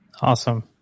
Awesome